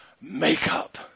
Makeup